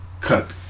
Cut